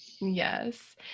Yes